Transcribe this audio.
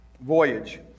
voyage